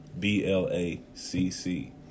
B-L-A-C-C